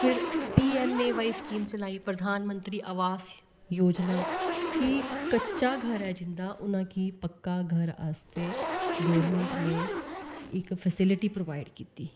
फिर P M A Y scheme चलाई प्रधानमंत्री आवास योजना कि कच्चा घर ऐ जिंदा उनां गी पक्का घर आस्तै गौरमेंट ने इक फैसीलिटी प्रोवाइड कीती